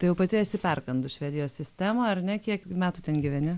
tai jau pati esi perkandus švedijos sistemą ar ne kiek metų ten gyveni